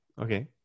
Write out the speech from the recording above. Okay